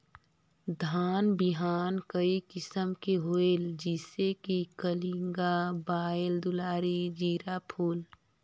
धान बिहान कई किसम के होयल जिसे कि कलिंगा, बाएल दुलारी, जीराफुल?